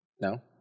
no